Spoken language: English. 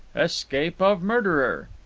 escape of murderer.